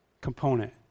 component